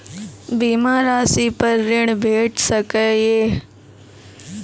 बीमा रासि पर ॠण भेट सकै ये?